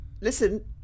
Listen